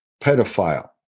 pedophile